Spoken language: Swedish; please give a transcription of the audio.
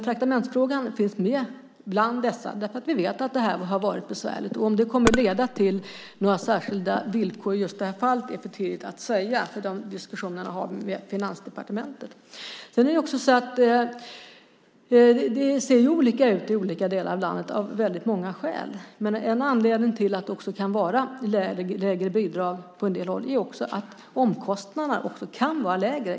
Traktamentsfrågan finns med bland dessa, eftersom vi vet att det har varit besvärligt. Om det kommer att leda till några särskilda villkor just i det här fallet är för tidigt att säga. De diskussionerna har vi med Finansdepartementet. Det ser olika ut i olika delar av landet av väldigt många skäl. En anledning till att det kan vara lägre bidrag på en del håll är att omkostnaderna kan vara lägre.